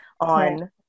on